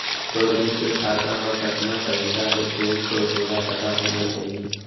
तोर बेंक के खाता म कतना पइसा हे तेन तो तोला पता होना चाही?